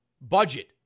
budget